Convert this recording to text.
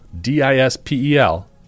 D-I-S-P-E-L